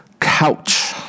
couch